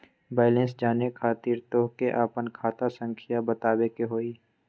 Balance जाने खातिर तोह के आपन खाता संख्या बतावे के होइ?